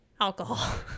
alcohol